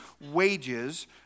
wages